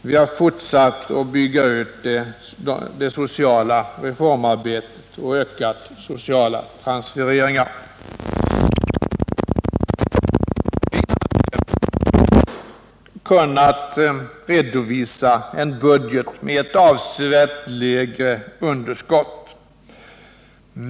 Vi har fortsatt att bygga ut det sociala reformarbetet och öka sociala transfereringar. Vi hade kunnat redovisa en budget med ett avsevärt lägre underskott.